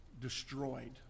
Destroyed